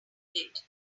did